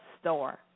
store